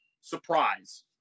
surprise